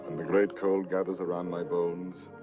the great cold gathers around my bones.